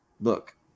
Look